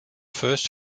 first